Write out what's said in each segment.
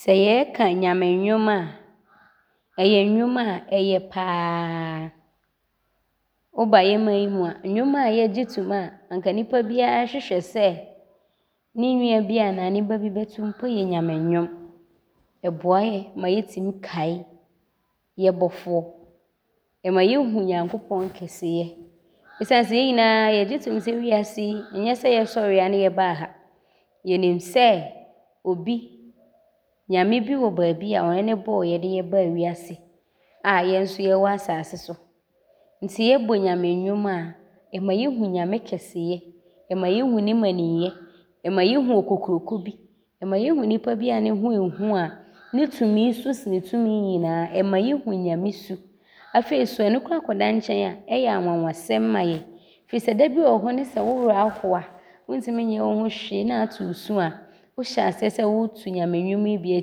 Sɛ yɛreka Nyame nnwom a, ɔyɛ nnwom a ɔyɛ pa ara. Woba yɛ man mu a, nnwom a yɛgye tom a anka nnipa biara hwehwɛ sɛ ne nua bi anaa ne ba bi bɛto yɛ Nyame nnwom. Ɔboa yɛ ma yɛtim kae yɛ Bɔfoɔ. Ɔma yɛhu Nyankopɔn kɛseyɛ esiane sɛ yɛ nyinaa yɛgye tom sɛ, wiase yi nyɛ sɛ yɛsɔreeɛ ara ne yɛbaa ha nti yɛnim sɛ obi, Nyame bi wɔ baabi a ɔno ne bɔɔ yɛ baa wiase a yɛ so yɛwɔ asase so nti yɛbɔ Nyame nnwom a ɔma yɛhu Nyame kɛseyɛ, ɔma yɛhu ne mmaninyɛ, ɔma yɛhu Okokuroko bi, ɔma yɛhu nnipa bi a ne ho ɔɔhu a ne tumi so sene tumi nyinaa. Ɔma yɛhu Nyame su. Afei so ɔno koraa kɔda nkyɛne a, ɔyɛ anwanwasɛm ma yɛ firi sɛ da bi wɔ hɔ ne sɛ wo werɛ aho a, wontim nyɛ wo ho hwee na aato wo su a, wohyɛ aseɛ ɛsɛ woreto Nyame nnwom ne bi a,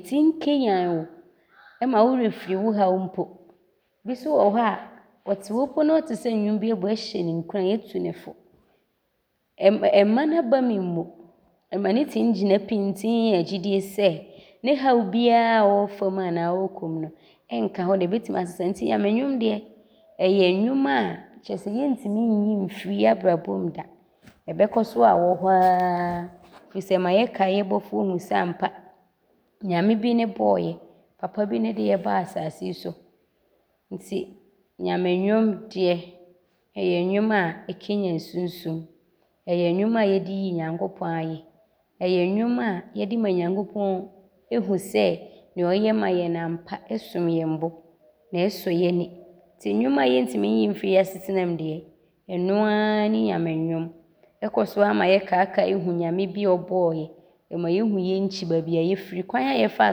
ɛtim kɛnyan wo ma wo werɛ firi wo haw mpo. Bi so wɔ hɔ a, ɔte hɔ po na ɔte sɛ nnwom bi ɔɔbɔ a, ɔhyɛ ne nkuran, ɔtu no fo. Ɔmma n’aba mu mmu, ɔma no tim gyina pintinn nya gyedie sɛ, ne haw biaa a ɔrefa mu no anaa ɔrekɔ mu no, ɔnka hɔ da na ɔbɛtumi asesa nti Nyame nnwom deɛ, ɔyɛ nnwom a kyerɛ sɛ yɛntim nnyi mfiri yɛ abrabc mu da. Ɔbɛkɔ so aawɔ hɔ ara. Ɔma yɛkae yɛ Bɔfoɔ hu sɛ ampa, Nyame bi ne bɔɔ yɛ, Papa bi ne de yɛ baa asase yi so nti Nyame nnwom deɛ ɔyɛ nnwom a ɛkɛnyan sunsum, ɔyɛ nnwom a yɛde yi Nyankopɔn ayɛ, ɔyɛ nnwom a yɛde ma Nyankopɔn hu sɛ deɛ ɔyɛ ma yɛ no ampa ɔsom yɛ bo ne ɔsɔ yɛ ani nti nnwom a yɛntim nyi mfiri yɛ asetena mu deɛ, ɔnoaa ne Nyame nnwom. Ɔkɔ so ara ma yɛkaekae Nyame bi a Ɔbɔɔ yɛ ma yɛhu yɛ nkyi, baabi a yɛfiri, kwan a yɛfaa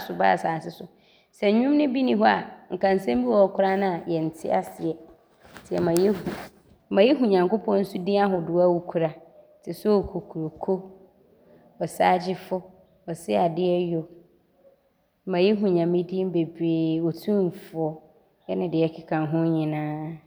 so baa asase so. Sɛ nnwom ne bi nni hɔ a, nka nsɛm bi wɔ hɔ koraa naa yɛnte aseɛ nti ɔma yɛhu. Ɔma yɛhu Nyankopɔn so din ahodoɔ a Ɔkura te sɛ Okokuroko, Ɔsagyefo, Ɔseadeɛyɔ, ɔma yɛhu Nyame din bebree, Otumfoɔ, ne deɛ ɔkeka ho nyinaa.